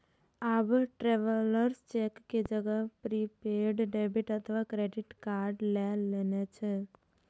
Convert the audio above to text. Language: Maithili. आब ट्रैवलर्स चेक के जगह प्रीपेड डेबिट अथवा क्रेडिट कार्ड लए लेने छै